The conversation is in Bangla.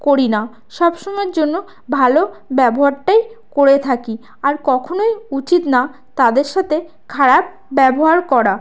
করি না সব সময়ের জন্য ভালো ব্যবহারটাই করে থাকি আর কখনোই উচিত না তাদের সাতে খারাপ ব্যবহার করা